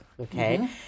Okay